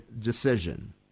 decision